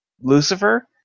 Lucifer